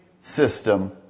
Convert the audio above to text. system